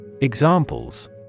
Examples